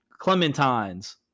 Clementines